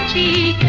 d.